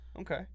okay